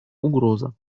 угроза